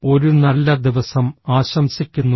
ഒരു നല്ല ദിവസം ആശംസിക്കുന്നു